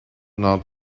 not